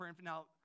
Now